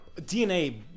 DNA